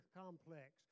complex